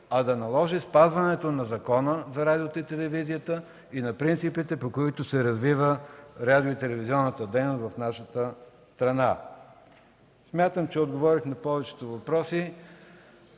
а да наложи спазването на Закона за радиото и телевизията и на принципите, по които се развива радио- и телевизионната дейност в нашата страна. Смятам, че отговорих на повечето въпроси.